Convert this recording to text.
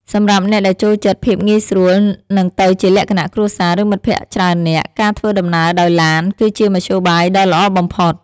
សម្រាប់អ្នកដែលចូលចិត្តភាពងាយស្រួល និងទៅជាលក្ខណៈគ្រួសារ ឬមិត្តភក្តិច្រើននាក់ ការធ្វើដំណើរដោយឡាន គឺជាមធ្យោបាយដ៏ល្អបំផុត។